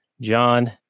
John